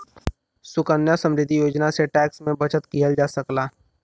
सुकन्या समृद्धि योजना से टैक्स में बचत किहल जा सकला